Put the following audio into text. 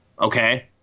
okay